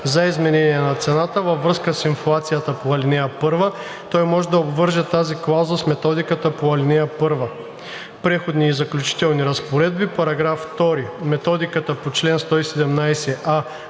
за изменение на цената във връзка с инфлацията по ал. 1, той може да обвърже тази клауза с методиката по ал. 1. Преходни и заключителни разпоредби § 2. Методиката по чл. 117а,